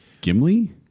Gimli